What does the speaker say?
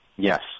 Yes